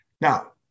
Now